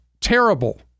terrible